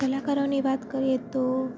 કલાકારોની વાત કરીએ તો